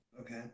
Okay